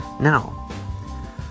now